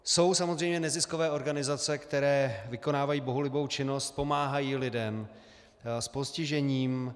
Jsou samozřejmě neziskové organizace, které vykonávají bohulibou činnost, pomáhají lidem s postižením.